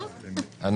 מסוכר אל הפחמן,